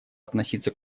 относиться